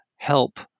help